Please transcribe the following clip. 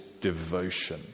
devotion